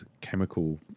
chemical